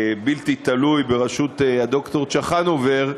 בלתי תלוי, בראשות ד"ר צ'חנובר,